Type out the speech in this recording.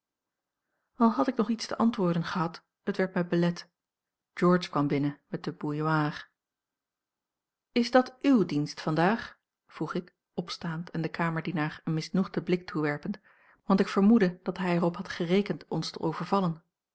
al had ik nog iets te antwoorden gehad het werd mij belet george kwam binnen met de bouilloire is dat uw dienst vandaag vroeg ik opstaand en den kamerdienaar een misnoegden blik toewerpend want ik vermoedde dat hij er op had gerekend ons te overvallen